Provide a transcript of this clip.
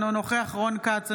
אינו נוכח רון כץ,